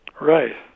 Right